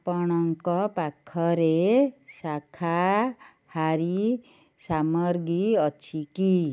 ଆପଣଙ୍କ ପାଖରେ ଶାକାହାରୀ ସାମଗ୍ରୀ ଅଛି କି